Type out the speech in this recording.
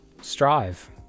Strive